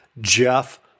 Jeff